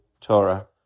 Torah